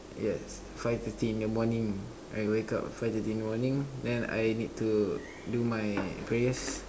yes five thirty in the morning I wake up five thirty in the morning then I need to do my prayers